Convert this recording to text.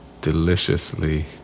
deliciously